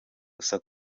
gusa